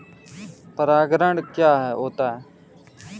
परागण क्या होता है?